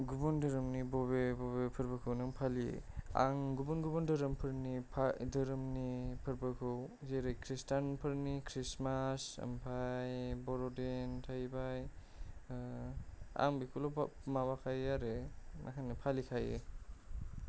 गुबुन धोरोमनि बबे बबे फोरबोखौ नों फालियो आं गुबुन गुबुन धोरोमफोरनि धोरोमनि फोरबोखौ जेरै खृषटान फोरनि खृषटमास आमफाय बरदिन थाहैबाय आं बेखौल' माबाखायो आरो माहोनो फालिखायो